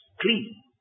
clean